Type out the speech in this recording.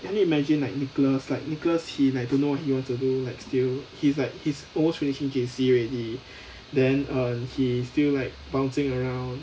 can you imagine like nicholas like nicholas he like don't know what he want to do like still he's like he's almost finishing J_C already then he still like bouncing around